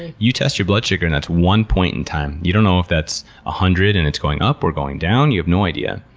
ah you test your blood sugar and that's one point in time. you don't know if that's one ah hundred and it's going up or going down. you have no idea.